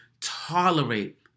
tolerate